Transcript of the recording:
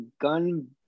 gun